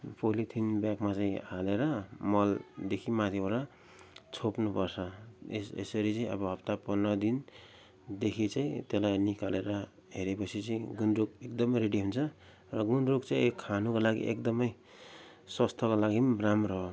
polythene ब्यागमा चाहिँ हालेर मलदेखि माथिबाट छोप्नु पर्छ एस यसरी चाहिँ अब हप्ता पन्ध्र दिनदेखि चाहिँ त्यसलाई निकालेर हेरेपछि चाहिँ गुन्द्रुक एकदमै रडी हुन्छ र गुन्द्रुक चाहिँ खानको लागि एकदमै स्वस्थ्यको लागि पनि राम्रो हो